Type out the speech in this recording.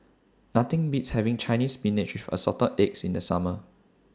Nothing Beats having Chinese Spinach with Assorted Eggs in The Summer